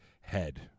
head